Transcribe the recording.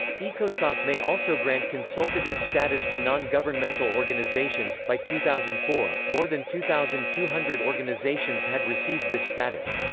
ecosoc may also grant consultative status to non-governmental organizations by two thousand and four, more than two thousand two hundred organizations had received this status.